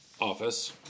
office